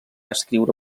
escriure